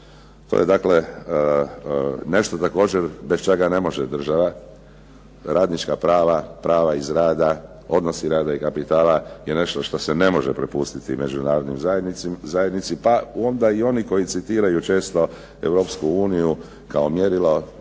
To je dakle nešto također bez čega ne može država, radnička prava, prava iz rada, odnosi rada i kapitala je nešto što se ne može prepustiti međunarodnoj zajednici, onda i oni koji citiraju često Europsku uniju, kao mjerilo